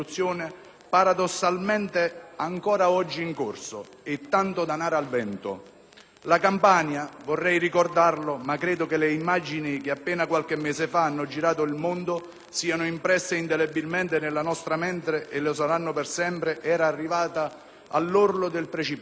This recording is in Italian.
paradossalmente ancora oggi in corso, e tanto denaro al vento. La Campania, vorrei ricordarlo (ma credo che le immagini che appena qualche mese fa hanno girato il mondo siano impresse indelebilmente nella nostra mente e lo saranno per sempre), era arrivata all'orlo del precipizio.